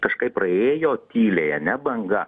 kažkaip praėjo tyliai ane banga